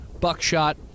Buckshot